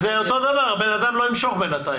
אז הבן אדם לא ימשוך בינתיים.